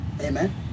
Amen